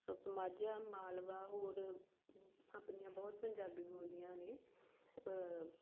ਮਾਝਾ ਮਾਲਵਾ ਹੋਰ ਆਪਣੀਆਂ ਬਹੁਤ ਪੰਜਾਬੀ ਬੋਲੀਆਂ ਨੇ